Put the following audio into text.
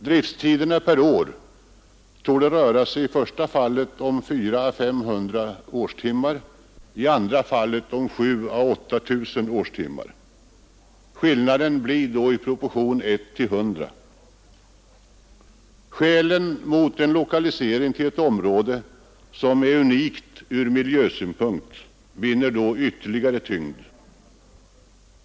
Drifttiderna per år torde kunna röra sig om i första fallet 400-500 årstimmar och i andra fallet 7 000—8 000 årstimmar. Skillnaden blir då av proportionen 1:100. Skälen mot en lokalisering till ett område, som är unikt från miljösynpunkt, vinner därigenom ytterligare tyngd.